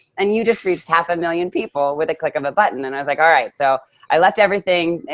and you just reached half a million people with a click of a button. and i was like, all right. so i left everything.